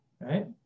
right